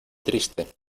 triste